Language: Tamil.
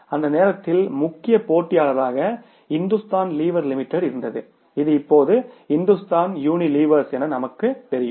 அந்த நேரத்தில் முக்கிய போட்டியாளராக இந்துஸ்தான் லீவர் லிமிடெட் இருந்தது இது இப்போது இந்துஸ்தான் யூனிலீவர்ஸ் என்று நமக்கு தெரியும்